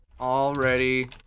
Already